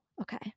Okay